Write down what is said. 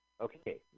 Okay